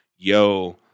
Yo